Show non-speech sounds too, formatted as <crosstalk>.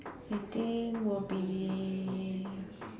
I think will be <noise>